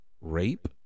rape